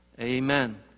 Amen